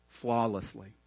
flawlessly